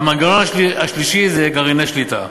והמנגנון השלישי זה גרעיני שליטה.